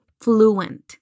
fluent